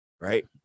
Right